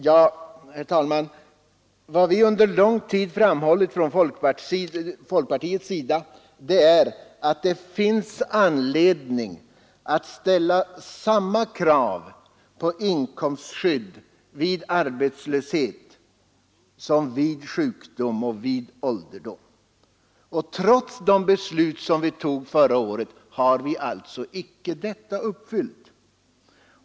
Ja, herr talman, vad vi under mycket lång tid framhållit från folkpartiets sida är att det finns anledning att ställa samma krav på inkomstskydd vid arbetslöshet som vid sjukdom och ålderdom. Trots det beslut som vi fattade förra året är detta krav icke uppfyllt.